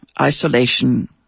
isolation